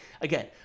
again